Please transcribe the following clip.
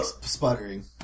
sputtering